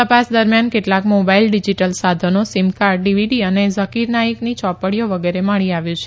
તપાસ દરમિયાન કેટલાક મોબાઈલ ડીજીટલ સાધનો સીમ કાર્ડ ડીવીડી અને ઝકીર નાઈકની ચોપડીઓ વગેરે મળી આવ્યું છે